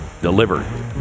delivered